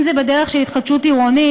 אם זה בדרך של התחדשות עירונית,